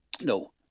No